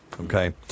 Okay